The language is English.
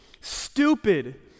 stupid